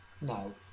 No